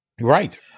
right